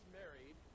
married